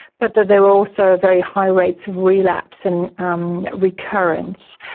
but that there were also very high rates of relapse and um recurrence.